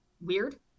Weird